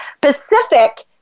Pacific